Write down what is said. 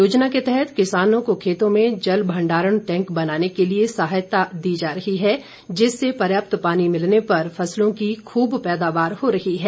योजना के तहत किसानों को खेतों में जल भंडारण टैंक बनाने के लिए सहायता दी जा रही है जिससे पर्याप्त पानी मिलने पर फसलों की खूब पैदावार हो रही है